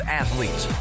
athletes